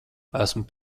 esmu